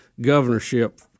governorship